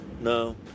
No